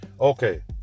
okay